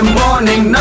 morning